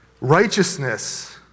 Righteousness